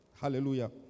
Hallelujah